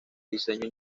diseño